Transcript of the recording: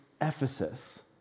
Ephesus